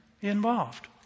involved